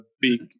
big